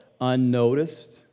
unnoticed